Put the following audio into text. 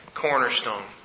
cornerstone